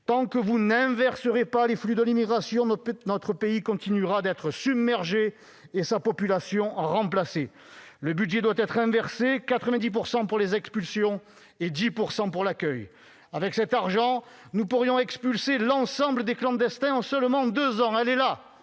Tant que vous n'inverserez pas les flux de l'immigration, notre pays continuera d'être submergé et sa population remplacée. Le budget doit être inversé : 90 % pour les expulsions et 10 % pour l'accueil. Avec cet argent, nous pourrions expulser l'ensemble des clandestins en seulement deux ans ! Elle est là,